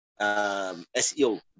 SEO